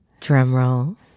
Drumroll